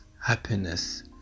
happiness